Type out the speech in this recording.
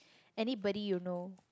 anybody you know